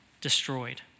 destroyed